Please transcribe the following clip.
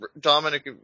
Dominic